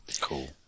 Cool